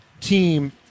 team